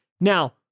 Now